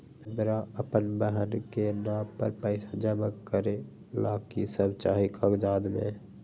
हमरा अपन बहन के नाम पर पैसा जमा करे ला कि सब चाहि कागज मे?